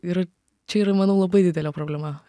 ir čia yra manau labai didelė problema